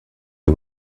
you